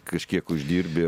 kažkiek uždirbi